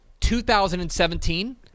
2017